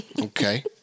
Okay